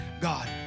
God